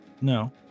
No